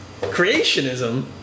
Creationism